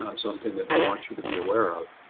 um something that i want you to be aware of,